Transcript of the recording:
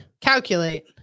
Calculate